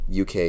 UK